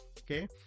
Okay